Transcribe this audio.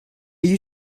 you